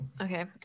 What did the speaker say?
Okay